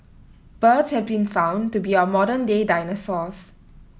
birds have been found to be our modern day dinosaurs